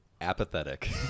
apathetic